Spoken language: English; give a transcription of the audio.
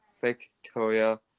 Victoria